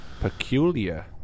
Peculiar